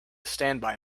standby